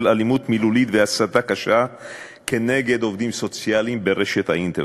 של אלימות מילולית והסתה קשה נגד עובדים סוציאליים באינטרנט,